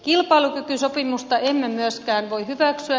kilpailukykysopimusta emme myöskään voi hyväksyä